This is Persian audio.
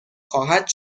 خواهد